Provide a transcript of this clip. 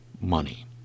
money